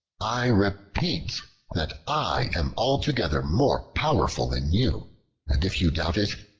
i repeat that i am altogether more powerful than you and if you doubt it,